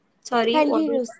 sorry